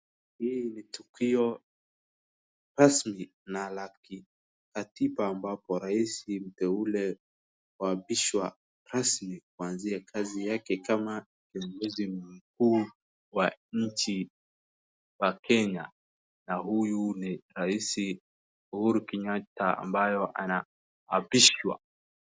Hii ni tukio rasmi ya ya kikatiba ambapo rais mteule ambapo huapishwa rasmi kuanzia kazi yake kama kiongozi mkuu wa nchi ya Kenya, na huyu ni rais Uhuru Kenyatta ambayo anaapishwa.